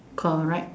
correct